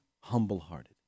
humble-hearted